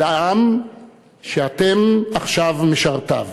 אל העם שאתם עכשיו משרתיו.